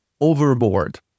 overboard